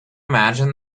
imagine